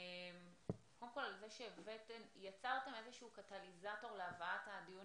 קודם כל על זה שיצרתם איזה שהוא קטליזטור להבאת הדיון